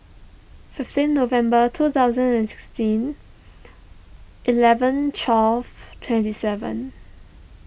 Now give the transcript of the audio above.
fifteen November two thousand and sixteen eleven twelve twenty seven